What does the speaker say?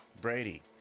Brady